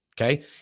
okay